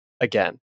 again